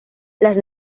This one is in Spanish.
las